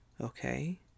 Okay